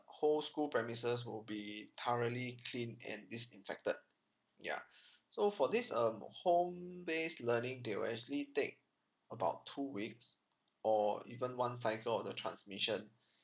whole school premises will be thoroughly cleaned and disinfected yeah so for this um home based learning they will actually take about two weeks or even one cycle of the transmission